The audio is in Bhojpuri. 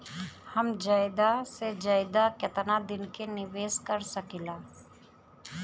हम ज्यदा से ज्यदा केतना दिन के निवेश कर सकिला?